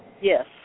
Yes